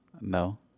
No